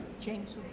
James